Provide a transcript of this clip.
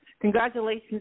congratulations